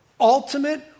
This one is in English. Ultimate